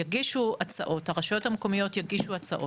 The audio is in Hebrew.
יגישו הצעות, הרשויות המקומיות יגישו הצעות.